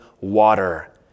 water